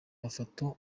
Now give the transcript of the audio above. mafoto